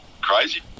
crazy